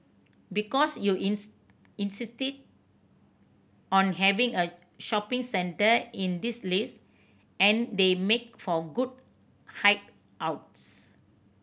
because you insisted on having a shopping centre in this list and they make for good hide outs